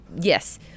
yes